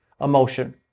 emotion